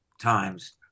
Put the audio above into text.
times